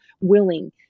willing